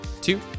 two